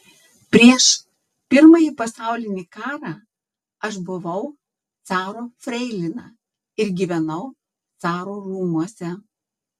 prieš pirmąjį pasaulinį karą aš buvau caro freilina ir gyvenau caro rūmuose